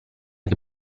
che